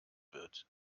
wird